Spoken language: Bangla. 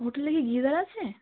হোটেলে কি গিজার আছে